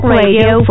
radio